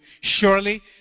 Surely